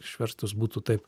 išverstus būtų taip